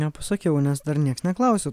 nepasakiau nes dar nieks neklausė